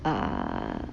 ah